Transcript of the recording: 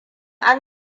an